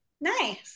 Nice